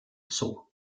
zoo